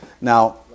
Now